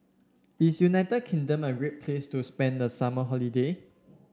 is United Kingdom a great place to spend the summer holiday